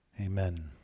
Amen